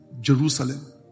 Jerusalem